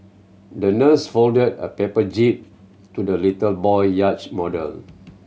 the nurse folded a paper jib to the little boy yacht model